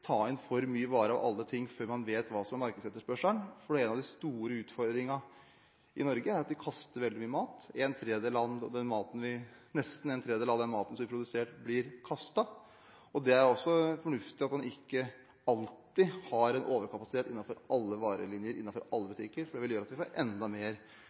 ta inn varer før man vet hva som er markedsetterspørselen, for en av de store utfordringene i Norge er at vi kaster veldig mye mat – nesten en tredjedel av den maten som blir produsert, blir kastet – og det er fornuftig at man ikke alltid har en overkapasitet innenfor alle varelinjer, i alle butikker, for det vil gjøre at vi får enda mer